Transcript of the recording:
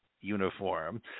uniform